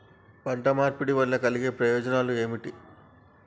పంట మార్పిడి వల్ల కలిగే ప్రయోజనాలు ఏమిటి?